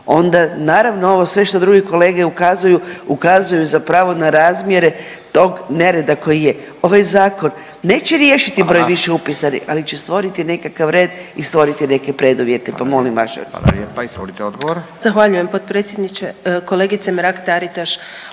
onda naravno ovo sve što drugi kolege ukazuju, ukazuju zapravo na razmjere tog nereda koji je. Ovaj zakon neće riješiti broj više upisanih …/Upadica: Hvala./… ali će stvoriti nekakav red i stvoriti neke preduvjete, pa molim vaše …/Govornici govore istovremeno ne razumije